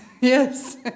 yes